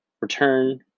return